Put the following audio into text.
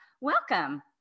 Welcome